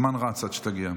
הזמן רץ עד שתגיע.